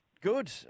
Good